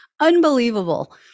Unbelievable